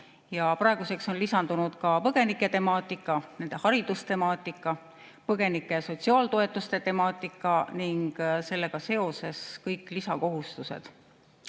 Praeguseks on lisandunud ka põgenike temaatika, nende hariduse temaatika, põgenike sotsiaaltoetuste temaatika ning kõik muud sellega seotud lisakohustused.